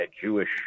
Jewish